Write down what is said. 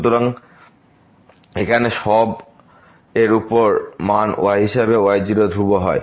সুতরাং এখানে সব এর উপর মান y হিসাবে y0 ধ্রুব হয়